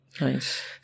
Nice